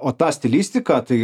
o tą stilistiką tai